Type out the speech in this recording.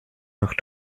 noch